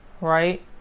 right